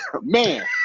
Man